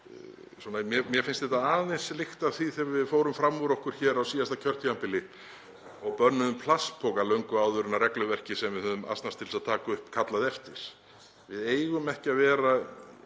er undirorpið aðeins lykta af því þegar við fórum fram úr okkur hér á síðasta kjörtímabili og bönnuðum plastpoka löngu áður en regluverkið sem við höfðum asnast til að taka upp kallaði eftir því. Við eigum ekki að fara